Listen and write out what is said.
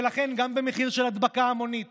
ולכן גם במחיר של הדבקה המונית